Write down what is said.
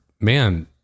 man